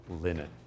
linen